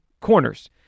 corners